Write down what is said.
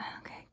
okay